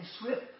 swift